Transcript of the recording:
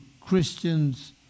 Christians